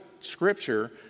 scripture